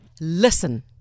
Listen